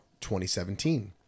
2017